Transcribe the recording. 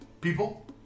people